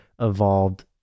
evolved